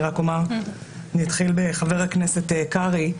אני רק אתחיל בחבר הכנסת קרעי,